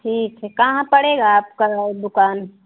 ठीक है कहाँ पड़ेगा आपका दुकान